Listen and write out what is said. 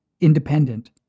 independent